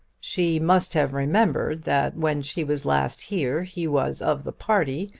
she must have remembered that when she was last here he was of the party,